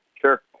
Sure